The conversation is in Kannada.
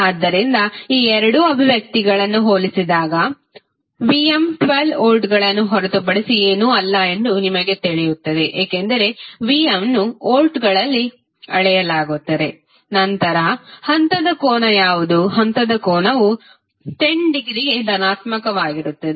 ಆದ್ದರಿಂದ ಈ ಎರಡು ಅಭಿವ್ಯಕ್ತಿಗಳನ್ನು ಹೋಲಿಸಿದಾಗ Vm 12 ವೋಲ್ಟ್ಗಳನ್ನು ಹೊರತುಪಡಿಸಿ ಏನೂ ಅಲ್ಲ ಎಂದು ನಿಮಗೆ ತಿಳಿಯುತ್ತದೆ ಏಕೆಂದರೆ V ಅನ್ನು ವೋಲ್ಟ್ಗಳಲ್ಲಿ ಅಳೆಯಲಾಗುತ್ತದೆ ನಂತರ ಹಂತದ ಕೋನ ಯಾವುದು ಹಂತದ ಕೋನವು 10 ಡಿಗ್ರಿ ಧನಾತ್ಮಕವಾಗಿರುತ್ತದೆ